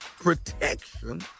Protection